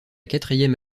quatrième